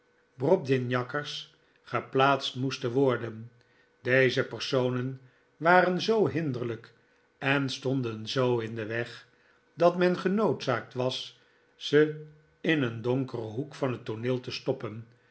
brobdignakkers geplaatst moesten worden deze personen waren zoo hinderlijk en stonden zoo in den weg dat men genoodzaakt was ze in een donkeren hoek van het tooneel te stoppen